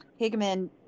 Higman